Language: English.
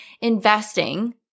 investing